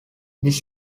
this